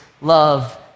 love